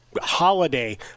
Holiday